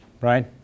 right